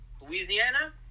Louisiana